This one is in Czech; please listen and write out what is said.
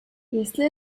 jestli